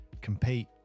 compete